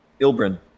Ilbrin